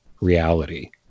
reality